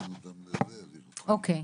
אוקיי,